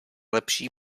lepší